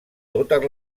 totes